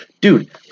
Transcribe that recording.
Dude